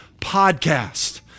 podcast